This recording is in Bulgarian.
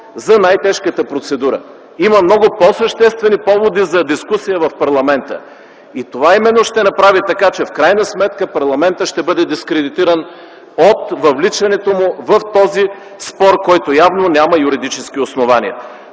за най-тежката процедура. Има много по-съществени поводи за дискусия в парламента. Това именно ще направи така, че в крайна сметка парламентът ще бъде дискредитиран от въвличането му в този спор, който явно няма юридически основания.